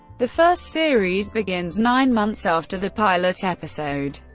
the first series begins nine months after the pilot episode.